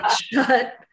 shut